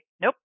nope